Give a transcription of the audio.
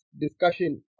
discussion